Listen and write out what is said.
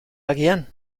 agian